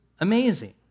amazing